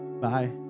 Bye